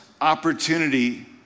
opportunity